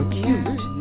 cute